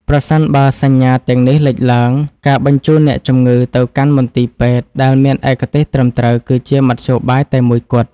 ប្រសិនបើសញ្ញាទាំងនេះលេចឡើង ការបញ្ជូនអ្នកជំងឺទៅកាន់មន្ទីរពេទ្យដែលមានឯកទេសត្រឹមត្រូវគឺជាមធ្យោបាយតែមួយគត់។